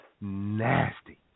nasty